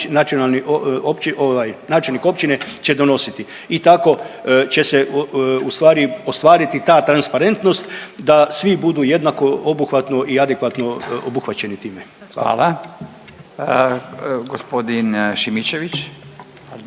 načelnik općine će donositi i tako će se u stvari ostvariti ta transparentnost da svi budu jednako obuhvatno i adekvatno obuhvaćeni time.